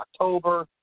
October